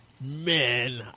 Man